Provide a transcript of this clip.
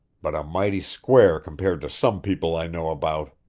but i'm mighty square compared to some people i know about.